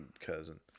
cousin